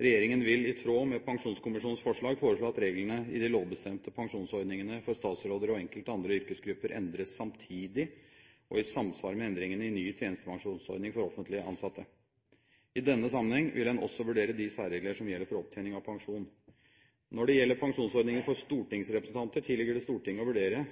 «Regjeringen vil i tråd med Pensjonskommisjonens forslag foreslå at reglene i de lovbestemte pensjonsordningene for statsråder og enkelte andre yrkesgrupper endres samtidig og i samsvar med endringene i en ny tjenestepensjonsordning for offentlig tilsatte. I denne sammenheng vil en også vurdere de særregler som gjelder for opptjening av pensjon. Når det gjelder pensjonsordningen for stortingsrepresentanter, tilligger det Stortinget å vurdere